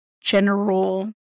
general